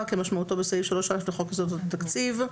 כמשמעותו בסעיף 3א לחוק יסודות התקציב,